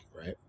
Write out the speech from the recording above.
right